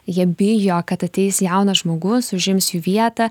jie bijo kad ateis jaunas žmogus užims jų vietą